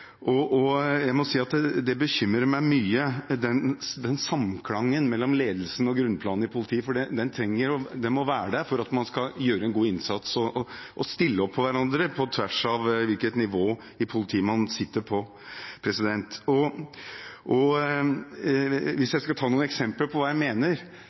Jeg må si at det bekymrer meg mye, for samklangen mellom ledelsen og grunnplanet i politiet må være der for at man skal gjøre en god innsats og stille opp for hverandre på tvers av hvilket nivå man er på i politiet. Jeg kan ta noen eksempler på hva jeg mener.